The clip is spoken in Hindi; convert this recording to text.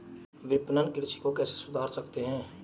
विपणन कृषि को कैसे सुधार सकते हैं?